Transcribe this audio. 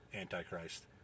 Antichrist